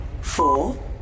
Four